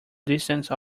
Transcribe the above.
distance